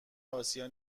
آسیا